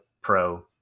pro